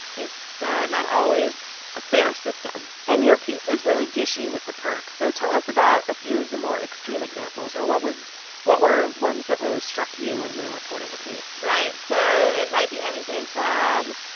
it's not always a fair system and your piece is really dishy with the perks. so tell us about a few of the more extreme examples or what was what were ones that really struck you when you were reporting the piece? right. so it might be anything from,